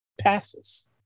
passes